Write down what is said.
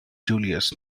julius